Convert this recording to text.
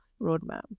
roadmap